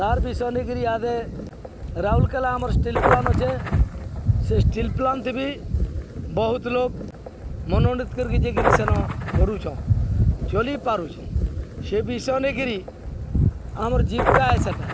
ତାର୍ ବିଷୟ ନେଇକରି ଇହାଦେ ରାଉରକଲା ଆମର ଷ୍ଟିଲ୍ ପ୍ଲାଣ୍ଟ ଅଛେ ସେ ଷ୍ଟିଲ୍ ପ୍ଲାଣ୍ଟ ବି ବହୁତ ଲୋକ ମନୋନୀତ କରିକି ଯାଇକିରି ସେନ କରୁଛନ୍ଁ ଚଲି ପାରୁଛନ୍ଁ ସେ ବିଷୟନଗିରି ଆମର ଜୀବ୍କା ହେ ସେଟା